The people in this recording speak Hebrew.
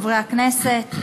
חברי הכנסת.